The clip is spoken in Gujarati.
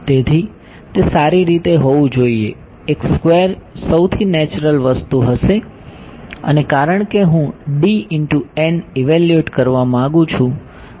તેથી તે સારી રીતે હોવું જોઈએ એક સ્ક્વેર સૌથી નેચરલ વસ્તુ હશે અને કારણ કે હું ઇવેલ્યુએટ કરવા માંગુ છું